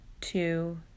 two